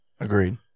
agreed